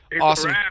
Awesome